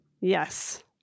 Yes